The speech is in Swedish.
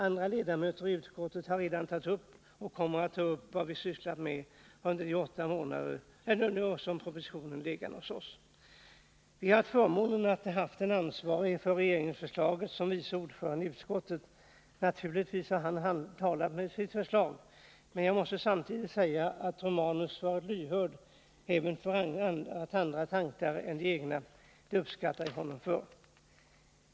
Andra ledamöter i utskottet har redan tagit upp och kommer att ta upp vad vi sysslat med under de åtta månader som propositionen legat hos oss. Vi har haft förmånen att ha den ansvarige för regeringsförslaget som vice ordförande i utskottet. Naturligtvis har han talat för sitt förslag, men jag måste säga att Gabriel Romanus har varit lyhörd även för andra tankar än de egna. Det uppskattar jag honom för.